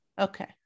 Okay